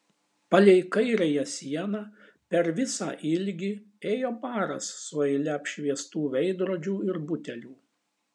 palei kairiąją sieną per visą ilgį ėjo baras su eile apšviestų veidrodžių ir butelių